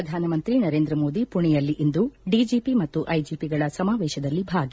ಪ್ರಧಾನಮಂತ್ರಿ ನರೇಂದ್ರಮೋದಿ ಮಣೆಯಲ್ಲಿ ಇಂದು ಡಿಜಿಪಿ ಮತ್ತು ಐಜಿಪಿಗಳ ಸಮಾವೇಶದಲ್ಲಿ ಭಾಗಿ